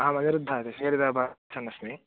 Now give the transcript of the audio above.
अहमनिरुद्धशेर्दबाच्चन् अस्मि